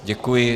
Děkuji.